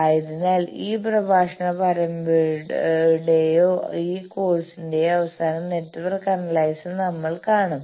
ആയതിനാൽ ഈ പ്രഭാഷണ പരമ്പരയുടെയോ ഈ കോഴ്സിന്റെയോ അവസാനം നെറ്റ്വർക്ക് അനലൈസർ നമ്മൾ കാണും